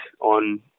on